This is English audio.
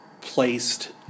placed